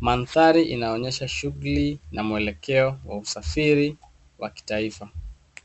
Mandhari inaonyesha shughuli na mwelekeo wa usafiri wa kitaifa.